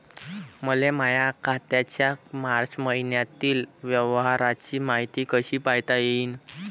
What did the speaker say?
मले माया खात्याच्या मार्च मईन्यातील व्यवहाराची मायती कशी पायता येईन?